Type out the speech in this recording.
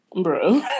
bro